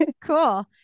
cool